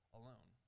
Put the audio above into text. alone